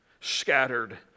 scattered